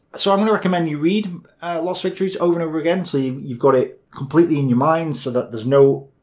so i'm gonna recommend you read lost victories over and over again so um you've got it completely in your mind, so that there's no.